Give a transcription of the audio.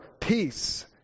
peace